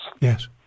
Yes